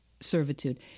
servitude